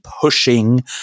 pushing